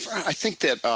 i think that